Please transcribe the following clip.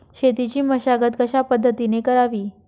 शेतीची मशागत कशापद्धतीने करावी?